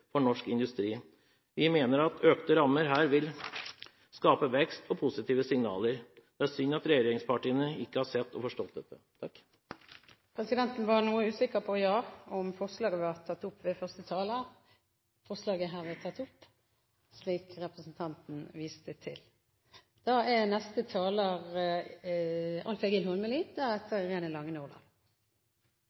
for norsk industri. Vi mener at økte rammer her vil skape vekst og positive signaler. Det er synd at regjeringspartiene ikke har sett og forstått dette. Ja, presidenten var noe usikker på om forslaget ble tatt opp av første taler. Forslaget er herved tatt opp, slik representanten Bredvold viste til.